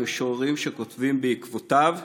משוררים שכותבים בעקבותיו.